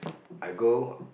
I go